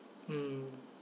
mm